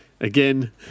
Again